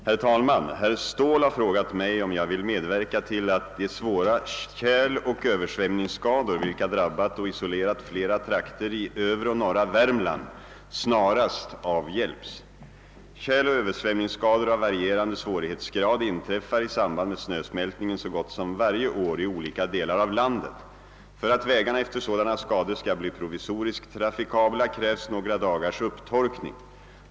Herr talman! Herr Ståhl har frågat mig, om jag vill medverka till att de svåra tjäloch översvämningsskador, vilka drabbat och isolerat flera trakter i övre och norra Värmland, snarast avhjälps. Tjäloch översvämningsskador av varierande svårighetsgrad inträffar i samband med snösmältningen så gott som varje år i olika delar av landet. För att vägarna efter sådana skador skall bli provisoriskt trafikabla krävs några dagars upptorkning.